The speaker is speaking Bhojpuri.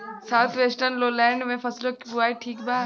साउथ वेस्टर्न लोलैंड में फसलों की बुवाई ठीक बा?